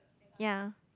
ya